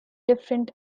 different